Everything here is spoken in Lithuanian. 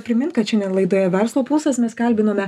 primint kad šiandien laidoje verslo pulsas mes kalbinome